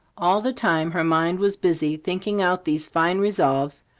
all the time her mind was busy thinking out these fine resolves,